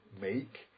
make